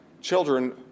children